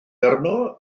arno